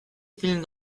film